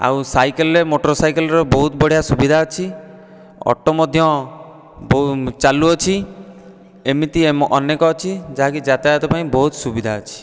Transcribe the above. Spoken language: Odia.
ଆଉ ସାଇକଲ ମୋଟର ସାଇକେଲର ବହୁତ ବଢ଼ିଆ ସୁବିଧା ଅଛି ଅଟୋ ମଧ୍ୟ ଚାଲୁଅଛି ଏମିତି ଅନେକ ଅଛି ଯାହାକି ଯାତାୟାତ ପାଇଁ ବହୁତ ସୁବିଧା ଅଛି